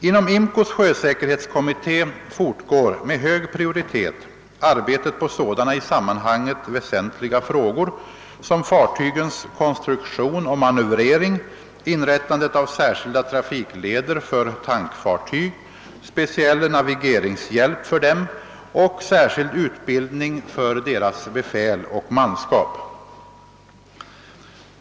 Inom IMCO:s sjösäkerhetskommitté fortgår med hög prioritet arbetet på sådana i sammanhanget väsentliga frågor som fartygens konstruktion och manövrering, inrättandet av särskilda trafikleder för tankfartyg, speciell navigeringshjälp för dem och särskild utbildning för deras befäl och manskap.